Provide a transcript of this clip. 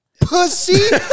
pussy